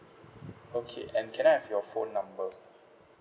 okay and can I have your phone number